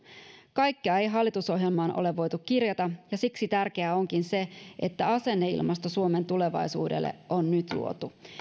kaikkea ei hallitusohjelmaan ole voitu kirjata ja siksi tärkeää onkin se että asenneilmasto suomen tulevaisuudelle on nyt luotu